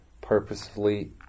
purposefully